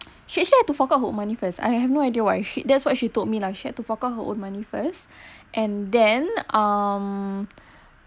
she actually had to fork out her money first I have no idea why she that's what she told me lah she had to fork out her own money first and then um